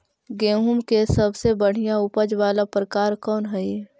गेंहूम के सबसे बढ़िया उपज वाला प्रकार कौन हई?